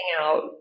out